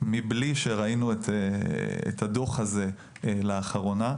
מבלי שראינו את הדוח הזה לאחרונה,